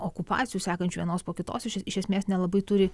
okupacijų sekančių vienos po kitos iš esmės nelabai turi